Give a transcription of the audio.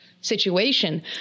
situation